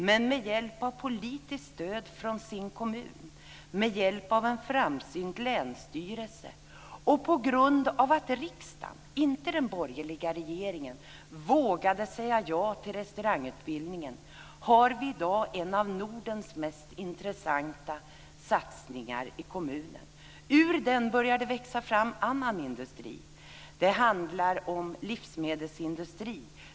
Men med hjälp av politiskt stöd från sin kommun, med hjälp av en framsynt länsstyrelse och på grund av att riksdagen - inte den borgerliga regeringen - vågade säga ja till restaurangutbildningen har vi i dag en av Nordens mest intressanta satsningar i kommunen. Ur den börjar det växa fram annan industri. Det handlar om livsmedelsindustri.